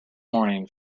morning